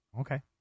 Okay